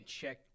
check